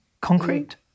Concrete